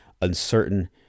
uncertain